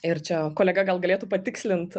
ir čia kolega gal galėtų patikslint